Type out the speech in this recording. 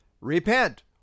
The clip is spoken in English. Repent